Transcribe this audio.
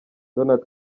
donald